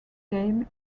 game